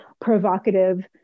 provocative